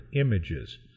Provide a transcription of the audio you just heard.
images